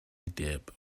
dip